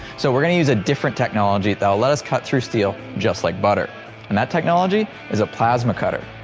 so we're gonna use a different technology that'll let us cut through steel just like butter and that technology is a plasma cutter.